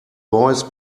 voice